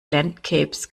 landscapes